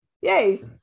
Yay